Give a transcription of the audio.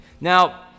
Now